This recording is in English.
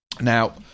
now